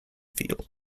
field